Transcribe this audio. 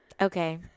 Okay